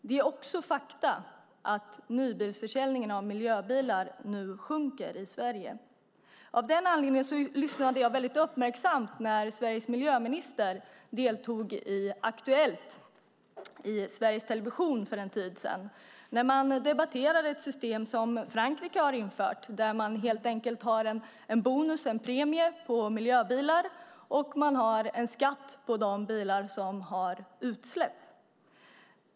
Det är också fakta att nybilsförsäljningen av miljöbilar nu sjunker i Sverige. Av den anledningen lyssnade jag väldigt uppmärksamt när Sveriges miljöminister deltog i Aktuellt i Sveriges Television för en tid sedan och debatterade ett system som Frankrike har infört. De har helt enkelt en bonus, en premie, för miljöbilar och en skatt på de bilar som har utsläpp.